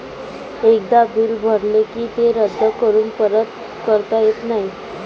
एकदा बिल भरले की ते रद्द करून परत करता येत नाही